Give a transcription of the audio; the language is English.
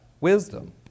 wisdom